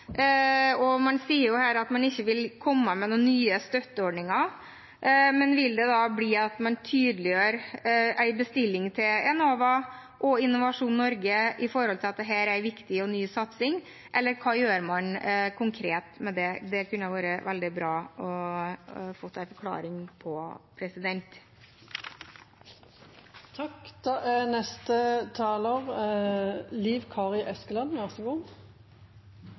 klart: Man sier her at man ikke vil komme med nye støtteordninger, men vil man da tydeliggjøre en bestilling til Enova og Innovasjon Norge, med tanke på at dette er en viktig og ny satsing? Hva gjør man konkret med det? Det ville vært veldig bra å få en forklaring på det. Eg må seia at det er